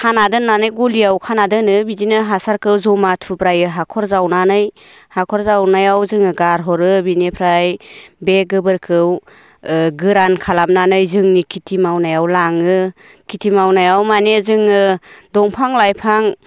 खाना दोननानै गलियाव खाना दोनो बिदिनो हासारखौ जमा थुब्रायै हाखर जावनानै हाखर जावनायाव जोङो गारहरो बेनिफ्राय बे गोबोरखौ गोरान खालामनानै जोंनि खेथि मावनायाव लाङो खेथि मावनायाव माने जोङो दंफां लाइफां